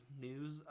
news